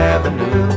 Avenue